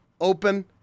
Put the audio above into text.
Open